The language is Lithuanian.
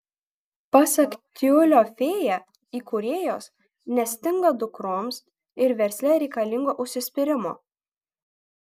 pasak tiulio fėja įkūrėjos nestinga dukroms ir versle reikalingo užsispyrimo